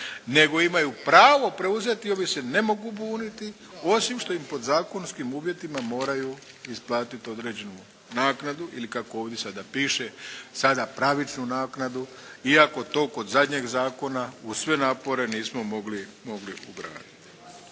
nego imaju pravo preuzeti i ovi se ne mogu buniti osim što im pod zakonskim uvjetima moraju isplatiti određenu naknadu ili kako ovdje sada piše: «sada pravičnu naknadu» iako to kod zadnjeg zakona uz sve napore nismo mogli ugraditi.